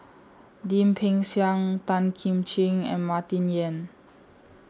Lim Peng Siang Tan Kim Ching and Martin Yan